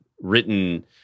written